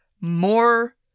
more